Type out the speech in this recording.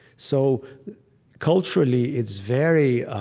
so culturally it's very